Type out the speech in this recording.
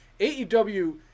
AEW